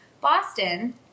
Boston